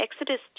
Exodus